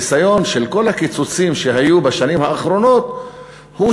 הניסיון של כל הקיצוצים שהיו בשנים האחרונות הוא,